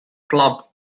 club